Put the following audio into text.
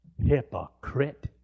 Hypocrite